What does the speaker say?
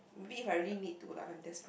maybe if I really need to lah if I'm desperate